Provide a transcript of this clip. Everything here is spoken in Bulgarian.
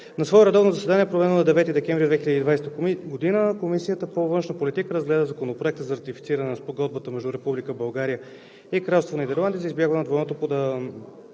На свое редовно заседание, проведено на 9 декември 2020 г., Комисията по външна политика разгледа Законопроекта за ратифициране на Спогодбата между Република България и Кралство Нидерландия за избягване на двойното